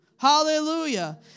Hallelujah